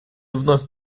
вновь